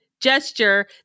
gesture